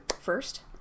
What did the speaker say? first